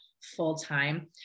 full-time